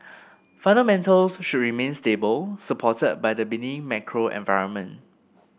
fundamentals should remain stable supported by the benign macro environment